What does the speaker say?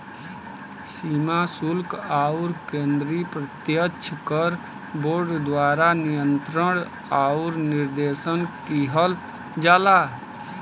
सीमा शुल्क आउर केंद्रीय प्रत्यक्ष कर बोर्ड द्वारा नियंत्रण आउर निर्देशन किहल जाला